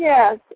Yes